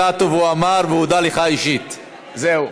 למחנה הציוני וליש עתיד אתנו,